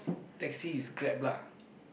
taxi is Grab lah